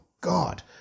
God